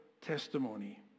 testimony